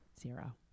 Zero